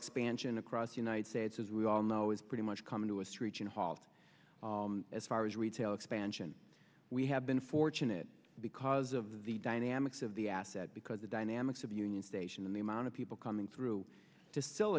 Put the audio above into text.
expansion across the united states as we all know is pretty much coming to a screeching halt as far as retail expansion we have been fortunate because of the dynamics of the asset because the dynamics of union station and the amount of people coming through just still